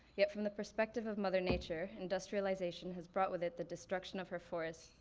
yet from the perspective of mother nature, industrialization has brought with it the destruction of her forests,